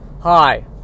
Hi